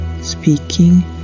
speaking